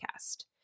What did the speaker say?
podcast